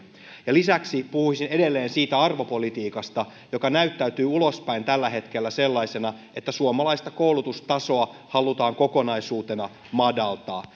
lisäksi puhuisin edelleen siitä arvopolitiikasta joka näyttäytyy ulospäin tällä hetkellä sellaisena että suomalaista koulutustasoa halutaan kokonaisuutena madaltaa